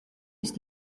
ist